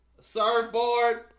Surfboard